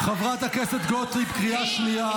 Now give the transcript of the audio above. חברת הכנסת גוטליב, קריאה שנייה.